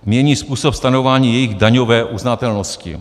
... mění způsob stanovování jejich daňové uznatelnosti.